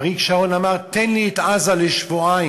אריק שרון אמר: תן לי את עזה לשבועיים,